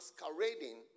masquerading